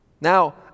Now